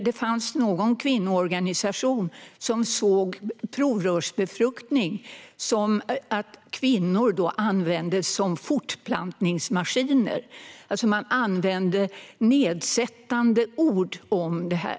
Det fanns då en kvinnoorganisation som såg provrörsbefruktning som att kvinnor användes som fortplantningsmaskiner. Nedsättande ord användes alltså om detta.